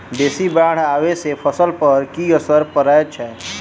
बेसी बाढ़ आबै सँ फसल पर की असर परै छै?